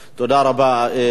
תודה רבה.